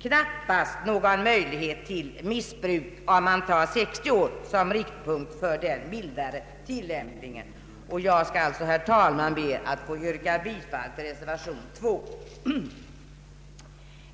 knappast någon möjlighet till missbruk, om 60 år tas som riktpunkt för den mildare tillämpningen. Jag ber, herr talman, att få yrka bifall till reservationen 2.